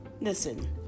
Listen